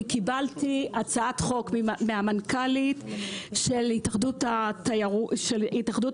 אני קיבלתי הצעת חוק מהמנכ"לית של התאחדות המלונאות,